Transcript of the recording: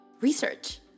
Research